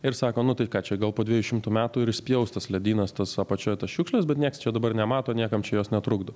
ir sako nu tai ką čia gal po dviejų šimtų metų ir išspjaus tas ledynas tas apačioje tas šiukšles bet nieks čia dabar nemato niekam čia jos netrukdo